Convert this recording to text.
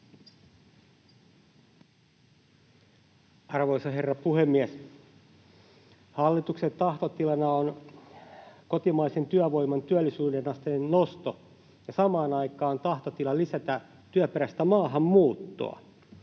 Arvoisa herra puhemies! Hallituksen tahtotilana on kotimaisen työvoiman työllisyysasteen nosto, ja samaan aikaan tahtotilana on lisätä työperäistä maahanmuuttoa.